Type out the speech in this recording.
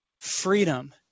Freedom